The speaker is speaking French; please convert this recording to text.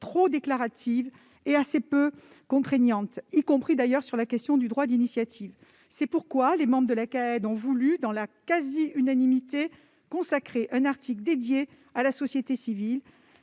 trop déclarative et assez peu contraignante, y compris sur la question du droit d'initiative. C'est pourquoi les membres de la commission ont voulu, à la quasi-unanimité, consacrer un article à la société civile,